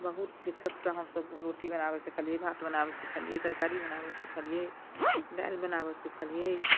बहुत दिक्कतसँ हमसब रोटी बनाबऽ सीखलियै भात बनाबऽ सीखलियै तरकारी बनाबऽ सीखलियै दालि बनाबऽ सीखलियै